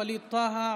ווליד טאהא,